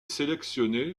sélectionné